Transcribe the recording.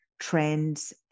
trends